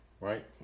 Right